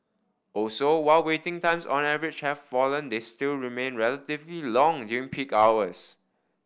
also while waiting times on average have fallen they still remain relatively long during peak hours